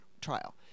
trial